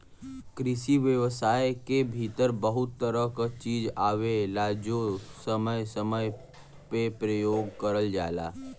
कृषि व्यवसाय के भीतर बहुत तरह क चीज आवेलाजो समय समय पे परयोग करल जाला